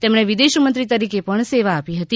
તેમણે વિદેશ મંત્રી તરીકે પણ સેવા આપી હતી